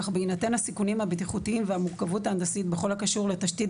אך בהינתן הסיכונים הבטיחותיים והמורכבות ההנדסית בכל הקשור לתשתית